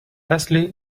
lastly